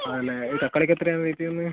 ആ അല്ലേ തക്കാളിക്ക് എത്രയാണ് റേറ്റ് വരുന്നത്